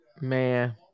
Man